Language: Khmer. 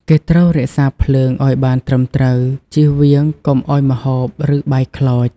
គេត្រូវរក្សាភ្លើងឱ្យបានត្រឹមត្រូវ ជៀសវាងកុំឱ្យម្ហូប ឬ បាយខ្លោច។